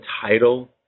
title